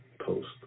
post